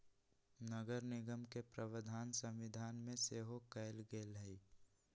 नगरनिगम के प्रावधान संविधान में सेहो कयल गेल हई